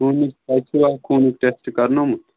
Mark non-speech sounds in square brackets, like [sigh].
[unintelligible] خوٗنُک test کَرنوومُت